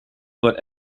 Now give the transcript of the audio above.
about